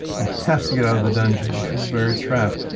we have to get out of the dungeon, we feel very trapped.